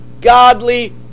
godly